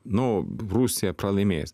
nu rusija pralaimės